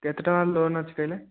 କେତେ ଟଙ୍କା ଲୋନ୍ ଅଛି କହିଲେ